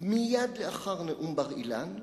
מייד לאחר נאום בר-אילן,